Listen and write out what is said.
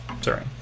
sorry